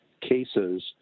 cases